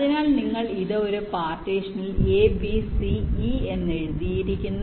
അതിനാൽ നിങ്ങൾ ഇത് ഒരു പാർട്ടീഷനിൽ a b c e എഴുതിയിരിക്കുന്നു